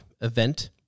event